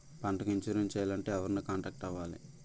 పంటకు ఇన్సురెన్స్ చేయాలంటే ఎవరిని కాంటాక్ట్ అవ్వాలి?